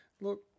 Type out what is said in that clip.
look